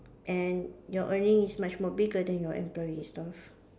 and your earning is much more bigger than your employee and staff